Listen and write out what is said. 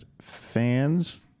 fans